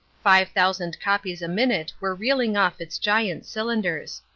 five thousand copies a minute were reeling off its giant cylinders.